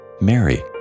Mary